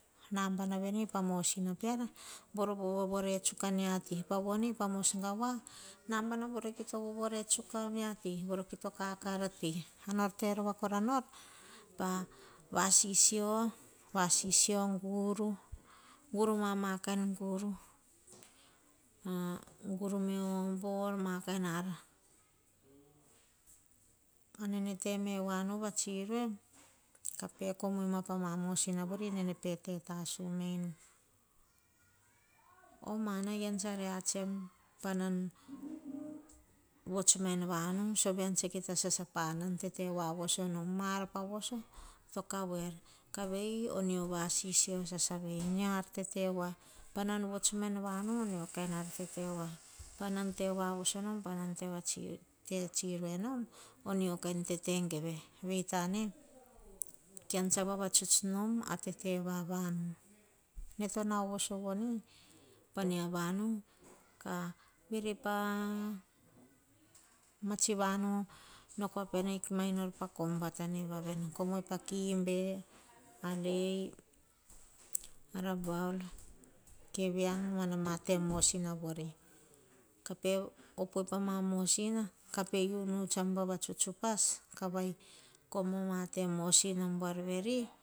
Nambana vene pa mosina peara, voro po vovore tsuka mia ti. Pa mos gavoa, namba nam voro kita vovore tsuka a miati, voro kito kakar ti. Ar nor te rova kora nor, pa vasisio, vasisio guru, guru mama kain guru, guru meo bor, ma kain ar. Pa nene teme voava tsiroe, kape komoi ma pa ma te mosina vori nene pete tasu menu. Omana ean tsa reats em, panan vots en vanu, so ve an tsa kita sasa panam tete voavoso nom pa voso nom. ma ar pa voso tokav er. Kavei onio vasisio sasa vei. mia ar tete voa, panan vots ma en vanu, omio kain ar tete voa. Panan te voavoso nom panan te nom va tisroe nom. mio kain tete geve. Vei tane. kean tsa vavatuts nom, a tete vavanu. Ne to nau voso voni, pa mia vanu, ka virai, pa ma tsi vanu, no koa pene mainor pa kom vatane voa veni. Komoi pa kimbe, a lae, a rabaul, kavieng. mana ma te mosina vori. Kape opoi pa ma mosina, kape unu tsam vavatsutsuts upas, kavai kom a ma te mosina buar veri,